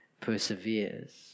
perseveres